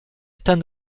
ten